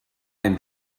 and